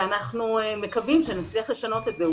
אנחנו מקווים שנצליח לשנות את זה,